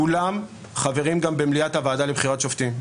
כולם חברים גם במליאת הוועדה לבחירת שופטים.